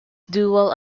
dual